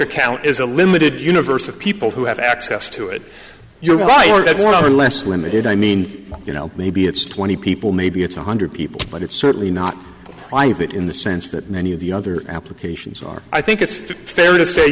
account is a limited universe of people who have access to it you're right that's one of the less limited i mean you know maybe it's twenty people maybe it's a hundred people but it's certainly not private in the sense that many of the other applications are i think it's fair to say